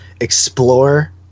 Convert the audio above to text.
explore